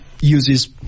uses